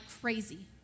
crazy